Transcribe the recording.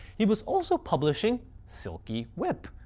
he was also publishing silky whip,